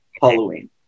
Halloween